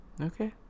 Okay